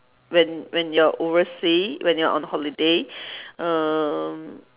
when when you're oversea when you're on holiday um